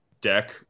deck